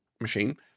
machine